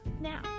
Now